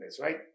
right